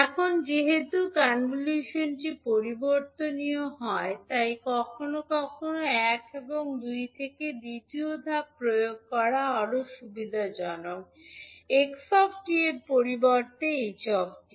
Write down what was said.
এখন যেহেতু কনভ্যুলশনটি পরিবর্তনীয় হয় তাই কখনও কখনও এক এবং দুই থেকে দ্বিতীয় ধাপ প্রয়োগ করা আরও সুবিধাজনক 𝑥 𝑡 এর পরিবর্তে ℎ 𝑡